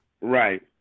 Right